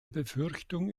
befürchtung